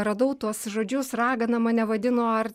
radau tuos žodžius ragana mane vadino ar